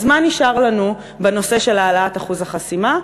אז מה נשאר לנו בנושא של העלאת אחוז החסימה?